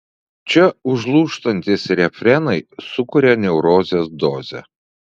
čia užlūžtantys refrenai sukuria neurozės dozę